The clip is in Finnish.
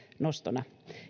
nostona